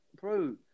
Bro